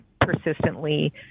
persistently